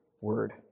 Word